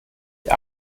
der